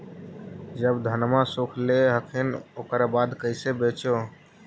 जब धनमा सुख ले हखिन उकर बाद कैसे बेच हो?